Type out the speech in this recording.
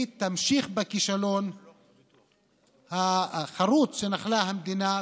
היא תמשיך בכישלון החרוץ שנחלה המדינה,